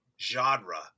Genre